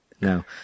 no